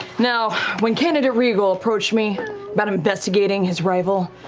now when candidate riegel approached me but investigating his rival,